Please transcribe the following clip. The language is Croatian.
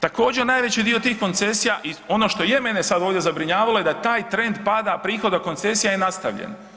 Također, najveći dio tih koncesija ono što je mene sad ovdje zabrinjavalo je da taj trend pada prihoda koncesija je nastavljen.